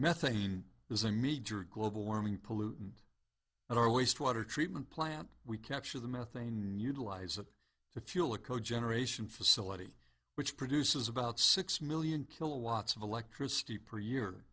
methane is a major global warming pollutant at our wastewater treatment plant we capture the methane utilize it to fuel a co generation facility which produces about six million kilowatts of electricity per year